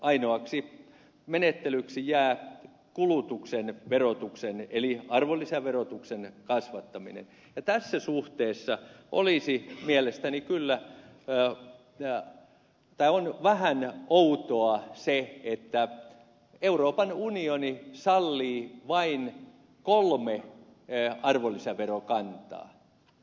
ainoaksi menettelyksi jää kulutuksen verotuksen eli arvonlisäverotuksen kasvattaminen ja tässä suhteessa mielestäni kyllä on vähän outoa se että euroopan unioni sallii vain kolme arvonlisäverokantaa